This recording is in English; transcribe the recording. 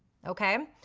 okay?